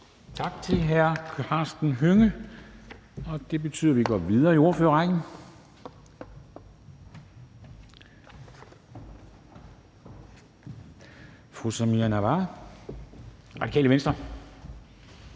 Tak til hr. Karsten Hønge. Det betyder, at vi går videre i ordførerrækken. Fru Samira Nawa, Radikale Venstre.